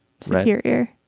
superior